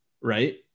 right